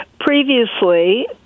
Previously